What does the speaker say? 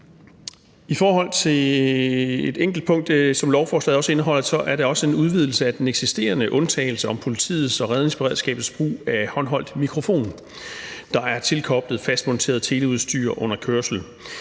I forhold til et enkelt punkt, som lovforslaget også indeholder, er det også en udvidelse af den eksisterende undtagelse om politiets og redningsberedskabets brug af håndholdt mikrofon, der er tilkoblet fastmonteret teleudstyr under kørsel.